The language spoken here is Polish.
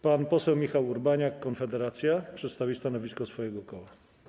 Pan poseł Michał Urbaniak, Konfederacja, przedstawi stanowisko swojego koła.